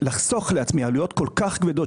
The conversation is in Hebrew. אני רוצה לחסוך לעצמי עלויות כל כך כבדות